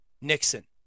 Nixon